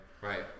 right